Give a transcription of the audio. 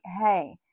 hey